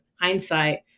hindsight